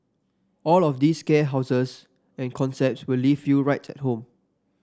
all of these scare houses and concepts will leave you right at home